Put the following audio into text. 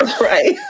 Right